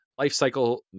lifecycle